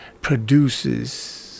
produces